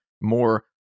more